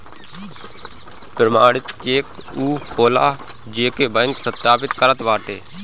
प्रमाणित चेक उ होला जेके बैंक सत्यापित करत बाटे